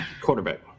quarterback